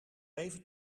even